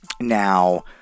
now